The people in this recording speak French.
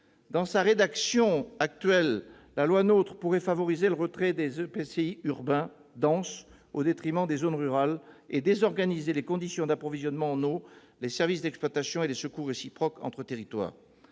Dans sa rédaction actuelle, la loi NOTRe pourrait favoriser le retrait des EPCI urbains denses au détriment des zones rurales et désorganiser les conditions d'approvisionnement en eau, les services d'exploitation et les secours réciproques entre territoires.